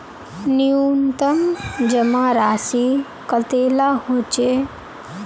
न्यूनतम जमा राशि कतेला होचे?